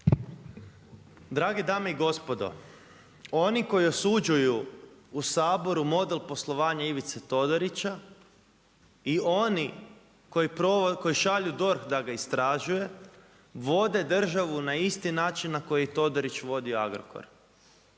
Drage dame i gospodo, oni koji osuđuju u Saboru model poslovanja Ivice Todorića, i oni koji šalju DORH da ga istražuje, vode državu na isti način na koji je Todorić vodio Agrokor.